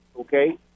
Okay